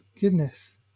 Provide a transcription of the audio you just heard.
goodness